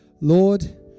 Lord